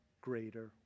greater